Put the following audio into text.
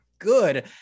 good